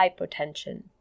hypotension